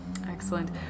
Excellent